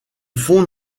fonds